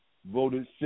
voted